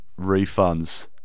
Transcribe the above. refunds